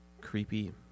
creepy